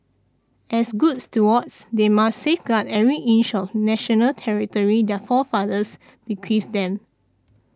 as good stewards they must safeguard every inch of national territory their forefathers bequeathed them